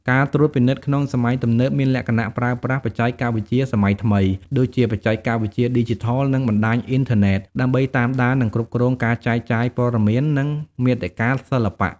ការត្រួតពិនិត្យក្នុងសម័យទំនើប មានលក្ខណៈប្រើប្រាស់បច្ចេកវិទ្យាសម័យថ្មី ដូចជា បច្ចេកវិទ្យាឌីជីថល និងបណ្ដាញអ៊ីនធឺណេត ដើម្បីតាមដាន និងគ្រប់គ្រងការចែកចាយព័ត៌មាន និងមាតិកាសិល្បៈ។